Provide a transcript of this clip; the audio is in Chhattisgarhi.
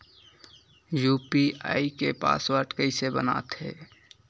यू.पी.आई के पासवर्ड कइसे बनाथे?